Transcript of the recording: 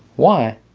why?